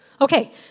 Okay